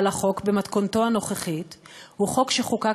אבל החוק במתכונתו הנוכחית הוא חוק שחוקק